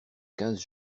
quinze